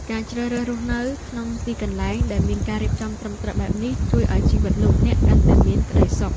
ការជ្រើសរើសរស់នៅក្នុងទីកន្លែងដែលមានការរៀបចំត្រឹមត្រូវបែបនេះជួយឱ្យជីវិតលោកអ្នកកាន់តែមានក្តីសុខ។